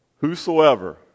Whosoever